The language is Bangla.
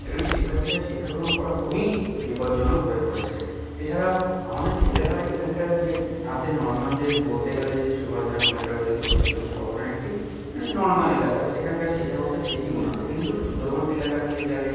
সেখানে শিক্ষার্থীরা শিক্ষা গ্রহণ করা খুবই বিপজ্জনক হয়ে পড়েছে এছাড়াও আমাদের এলাকার এইখানকার যে আছে নর্মাল যে বলতে গেলে যে সুভাষগ্রাম এলাকায় এই দক্ষিণ চব্বিশ পরগনা একটি মানে নর্মাল এলাকা সেখানকার শিক্ষাব্যবস্থা ঠিকই উন্নত কিন্তু সুন্দরবন এলাকা দিয়ে গেলে